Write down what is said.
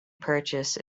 purchase